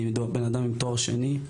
אני בן אדם עם תואר שני,